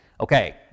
Okay